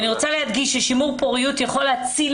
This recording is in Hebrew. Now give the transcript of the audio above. אני רוצה להדגיש ששימור פוריות יכול להציל